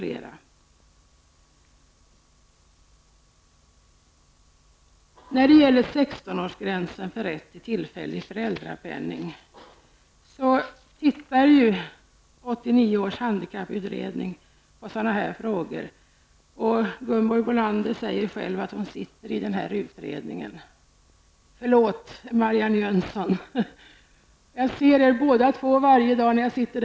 1989 års handikapputredning ser bl.a. över frågan om 16-årsgränsen för rätt till tillfällig föräldrapenning.